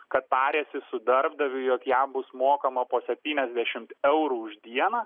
kad tarėsi su darbdaviu jog jam bus mokama po septyniasdešimt eurų už dieną